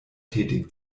tätig